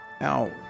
Now